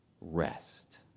rest